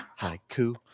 Haiku